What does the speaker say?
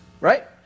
right